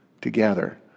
together